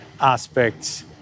aspects